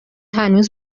هنوز